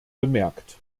bemerkt